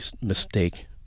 mistake